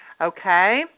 Okay